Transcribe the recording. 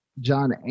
John